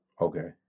Okay